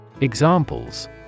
Examples